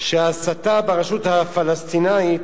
שההסתה ברשות הפלסטינית